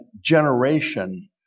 generation